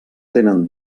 tenen